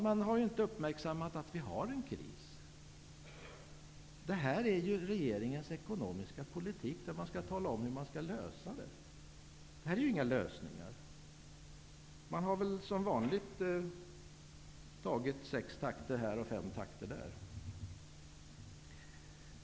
Man har inte uppmärksammat att vi har en kris. Det här är regeringens ekonomiska politik, där man skall tala om hur vi kan lösa problemen. Men här är ju inga lösningar. Man har som vanligt tagit sex takter här och fem takter där.